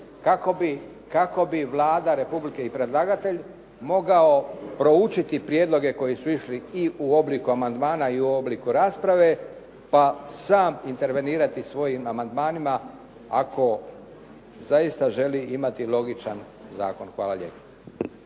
kako bi Vlada Republike i predlagatelj mogao proučiti prijedloge koji su išli i u obliku amandmana i u obliku rasprave pa sam intervenirati svojim amandmanima ako zaista želi imati logičan zakon. Hvala lijepa.